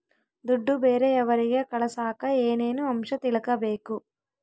ದುಡ್ಡು ಬೇರೆಯವರಿಗೆ ಕಳಸಾಕ ಏನೇನು ಅಂಶ ತಿಳಕಬೇಕು?